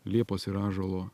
liepos ir ąžuolo